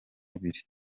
mubiri